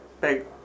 Peg